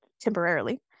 temporarily